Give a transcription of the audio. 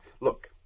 Look